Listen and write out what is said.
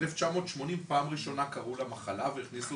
ב-1980 פעם ראשונה קראו לה מחלה והכניסו